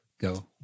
go